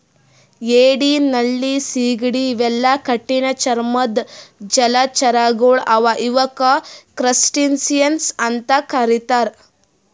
ಏಡಿ ನಳ್ಳಿ ಸೀಗಡಿ ಇವೆಲ್ಲಾ ಕಠಿಣ್ ಚರ್ಮದ್ದ್ ಜಲಚರಗೊಳ್ ಅವಾ ಇವಕ್ಕ್ ಕ್ರಸ್ಟಸಿಯನ್ಸ್ ಅಂತಾ ಕರಿತಾರ್